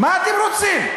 מה אתם רוצים?